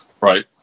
Right